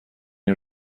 این